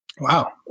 Wow